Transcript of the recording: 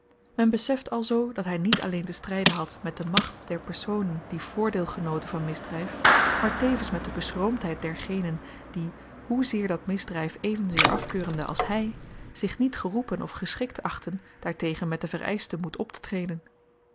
men beseft alzoo dat hy niet alleen te stryden had met de macht der personen die voordeel genoten van misdryf maar tevens met de beschroomdheid dergenen die hoezeer dat misdryf evenzeer afkeurende als hy zich niet geroepen of geschikt achtten daartegen met den vereischten moed optetreden